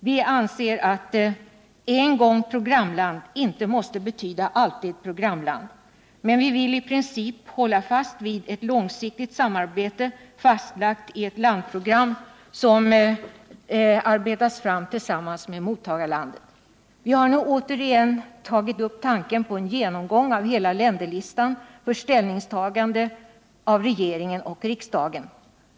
Vi anser att en gång programland inte måste betyda alltid programland, men vi villi princip hålla fast vid ett långsiktigt samarbete, fastlagt i ett landprogram som arbetats fram tillsammans med mottagarlandet. Vi har nu återigen tagit upp tanken på en genomgång av hela länderlistan, för ställningstagande av regering och riksdag.